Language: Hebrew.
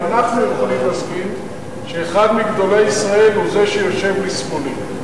אנחנו יכולים להסכים שאחד מגדולי ישראל הוא זה שיושב לשמאלי.